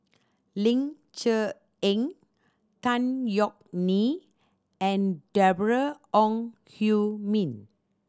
Ling Cher Eng Tan Yeok Nee and Deborah Ong Hui Min